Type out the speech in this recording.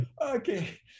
Okay